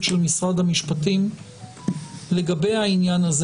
התייחסות לגבי העניין הזה.